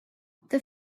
the